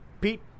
Pete